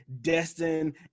Destin